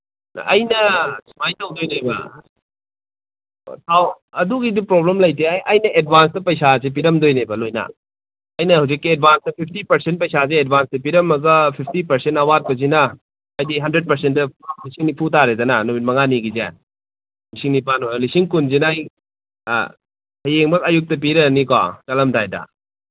ꯑꯩꯅ ꯁꯨꯃꯥꯏꯅ ꯇꯧꯗꯣꯏꯅꯦꯕ ꯊꯥꯎ ꯑꯗꯨꯒꯤꯗꯤ ꯄ꯭ꯔꯣꯕ꯭ꯂꯦꯝ ꯂꯩꯇꯦ ꯑꯩꯅ ꯑꯩꯅ ꯑꯦꯗꯚꯥꯟꯁꯇ ꯄꯩꯁꯥꯁꯦ ꯄꯤꯔꯝꯗꯣꯏꯅꯦꯕ ꯂꯣꯏꯅ ꯑꯩꯅ ꯍꯧꯖꯤꯛꯀꯤ ꯑꯦꯗꯚꯥꯟꯁꯇ ꯐꯤꯐꯇꯤ ꯄꯔꯁꯦꯟ ꯄꯩꯁꯥꯁꯦ ꯑꯦꯗꯚꯥꯟꯁꯇ ꯄꯤꯔꯝꯃꯒ ꯐꯤꯐꯇꯤ ꯄꯔꯁꯦꯟ ꯑꯋꯥꯠꯄꯁꯤꯅ ꯍꯥꯏꯗꯤ ꯍꯟꯗ꯭ꯔꯦꯗ ꯄꯔꯁꯦꯟꯗ ꯂꯤꯁꯤꯡ ꯅꯤꯐꯨ ꯇꯥꯔꯦꯗꯅ ꯅꯨꯃꯤꯠ ꯃꯉꯥꯅꯤꯒꯤꯗꯤ ꯂꯤꯁꯤꯡ ꯀꯨꯟꯁꯤꯅ ꯑꯩ ꯍꯌꯦꯡꯃꯛ ꯑꯩ ꯑꯌꯨꯛꯇ ꯄꯤꯔꯛꯑꯅꯤꯀꯣ ꯆꯠꯂꯝꯗꯥꯏꯗ